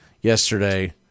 yesterday